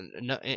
no